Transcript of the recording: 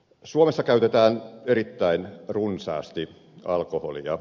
suomessa käytetään erittäin runsaasti alkoholia